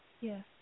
Yes